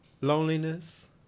loneliness